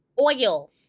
oil